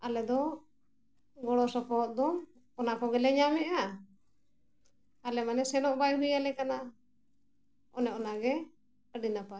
ᱟᱞᱮ ᱫᱚ ᱜᱚᱲᱚ ᱥᱚᱯᱚᱦᱚᱫ ᱫᱚ ᱚᱱᱟ ᱠᱚᱜᱮᱞᱮ ᱧᱟᱢᱮᱜᱼᱟ ᱟᱞᱮ ᱢᱟᱱᱮ ᱥᱮᱱᱚᱜ ᱵᱟᱭ ᱦᱩᱭ ᱟᱞᱮ ᱠᱟᱱᱟ ᱚᱱᱮ ᱚᱱᱟᱜᱮ ᱟᱹᱰᱤ ᱱᱟᱯᱟᱭ